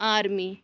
army